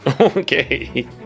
Okay